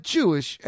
Jewish